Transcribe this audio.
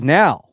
now